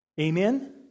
Amen